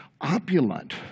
opulent